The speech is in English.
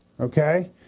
Okay